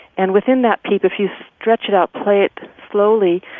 and within that peep if you stretch it out, play it slowly,